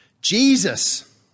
Jesus